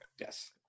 yes